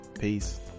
peace